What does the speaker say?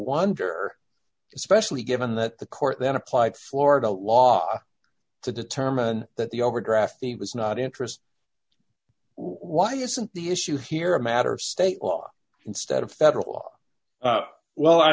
wonder especially given that the court then applied florida law to determine that the overdraft fee was not interest why isn't the issue here a matter of state law instead of federal law well i